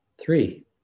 Three